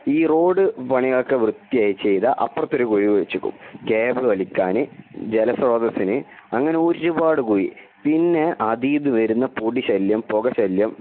ഈ റോഡ് പണികൾക്ക് വൃത്തിയായി ചെയ്താൽ അപ്പുറത്ത് ഒരു കുഴി കുഴിച്ചു വയ്ക്കും കേബിൾ വലിക്കാൻ ജലസ്രോതസിന് അങ്ങനെ ഒരുപാട് കുഴി പിന്നെ അതിൽ നിന്ന് വരുന്ന പൊടി ശല്യം പുക ശല്യം